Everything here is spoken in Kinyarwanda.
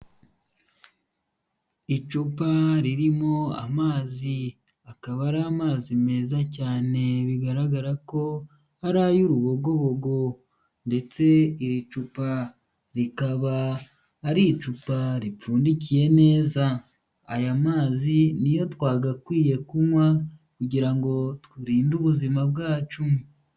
Icupa ririmo amazi akaba ari amazi meza cyane bigaragara ko ari ay'urubogobogo ndetse iri cupa rikaba ari icupa ripfundikiye neza, aya mazi niyo twagakwiye kunywa kugira ngo turinde ubuzima bwacu.